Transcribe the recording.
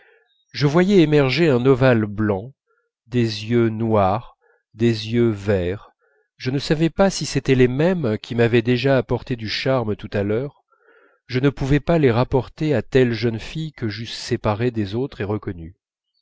je voyais émerger un ovale blanc des yeux noirs des yeux verts je ne savais pas si c'était les mêmes qui m'avaient déjà apporté du charme tout à l'heure je ne pouvais pas les rapporter à telle jeune fille que j'eusse séparée des autres et reconnue